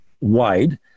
wide